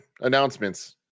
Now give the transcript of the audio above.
announcements